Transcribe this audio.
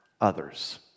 others